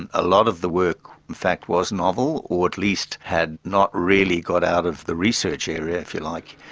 and a lot of the work in fact was novel, or at least had not really got out of the research area if you like,